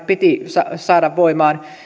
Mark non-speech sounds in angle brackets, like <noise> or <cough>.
<unintelligible> piti saada voimaan